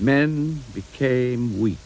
man became we